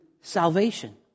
salvation